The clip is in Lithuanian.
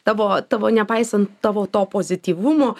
tavo tavo nepaisan tavo to pozityvumo